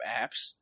apps